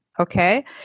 Okay